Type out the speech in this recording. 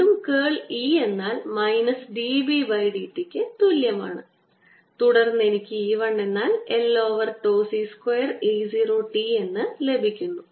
വീണ്ടും കേൾ E എന്നാൽ minus d B by d t ക്ക് തുല്യമാണ് തുടർന്ന് എനിക്ക് E 1 എന്നാൽ l over τ C square E 0 t എന്ന് ലഭിക്കുന്നു